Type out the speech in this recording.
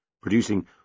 producing